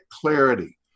clarity